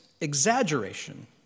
exaggeration